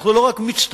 אנחנו לא רק מצטערים,